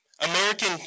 American